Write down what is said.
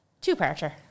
two-parter